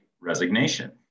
resignation